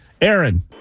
Aaron